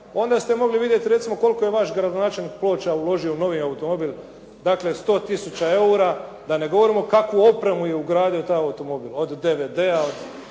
onda ste mogli vidjeti, recimo koliko je vaš gradonačelnik ploča uložio u novi automobil, dakle, 100 tisuća eura, da ne govorimo kakvu opremu je ugradio u taj automobil, od DVD-a,